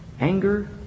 anger